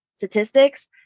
statistics